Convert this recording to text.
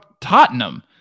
Tottenham